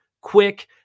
quick